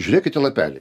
žiūrėkit į lapelį